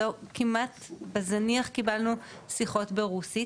בזניח קיבלנו שיחות ברוסית,